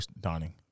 dining